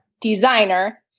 designer